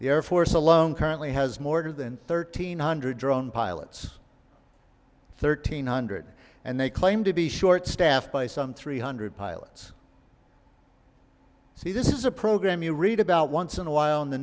the air force alone currently has more than thirteen hundred drone pilots thirteen hundred and they claim to be short staffed by some three hundred pilots see this is a program you read about once in a while in the